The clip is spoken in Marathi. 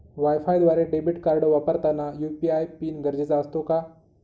वायफायद्वारे डेबिट कार्ड वापरताना यू.पी.आय पिन गरजेचा असतो का?